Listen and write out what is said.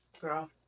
girl